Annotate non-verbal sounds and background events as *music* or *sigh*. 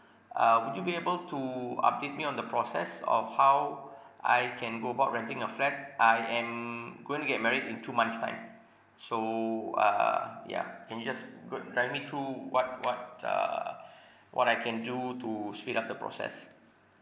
*breath* uh would you be able to update me on the process of how *breath* I can go about renting a flat I am going to get married in two months' time *breath* so uh ya can you just good guide me through what what uh *breath* what I can do to speed up the process